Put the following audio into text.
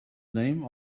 name